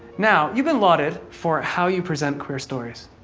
now, you've been lauded for how you present queer stories.